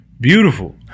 beautiful